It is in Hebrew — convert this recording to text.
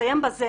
ואסיים בזה